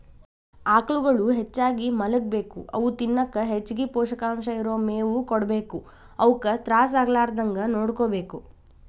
ಆಕಳುಗಳು ಹೆಚ್ಚಾಗಿ ಮಲಗಬೇಕು ಅವು ತಿನ್ನಕ ಹೆಚ್ಚಗಿ ಪೋಷಕಾಂಶ ಇರೋ ಮೇವು ಕೊಡಬೇಕು ಅವುಕ ತ್ರಾಸ ಆಗಲಾರದಂಗ ನೋಡ್ಕೋಬೇಕು